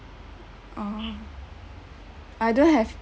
oh I don't have